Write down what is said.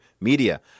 media